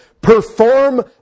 Perform